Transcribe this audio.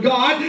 God